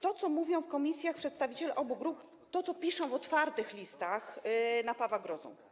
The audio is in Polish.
To, co mówią w komisjach przedstawiciele obu grup, to, co piszą w otwartych listach, napawa grozą.